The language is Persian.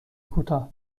کوتاه